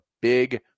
big